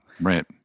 right